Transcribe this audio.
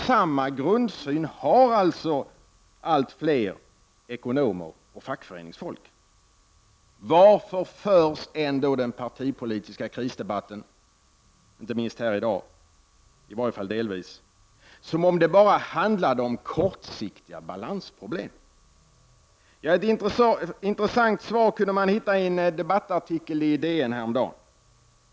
Samma grundsyn har alltså allt fler ekonomer och fackföreningsfolk. Varför förs ändå den partipolitiska krisdebatten, i varje fall delvis här i dag, som om det bara handlade om kortsiktiga balansproblem? Ett intressant svar kunde man hitta i en debattartikel i DN häromdagen.